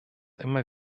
immer